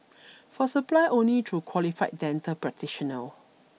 for supply only through qualified dental practitioner